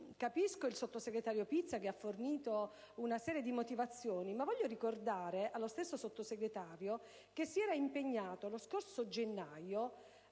Capisco il sottosegretario Pizza, che ha fornito una serie di motivazioni, ma voglio ricordare allo stesso Sottosegretario che lo scorso gennaio